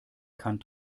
kann